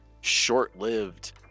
short-lived